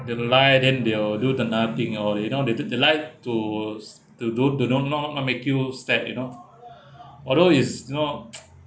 they'll lie then they'll do another thing or you know they did they like to s~ to do to not not not make you start you know although is not